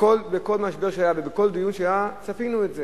בכל משבר שהיה ובכל דיון שהיה צפינו את זה,